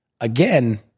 Again